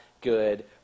good